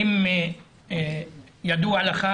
האם ידוע לך?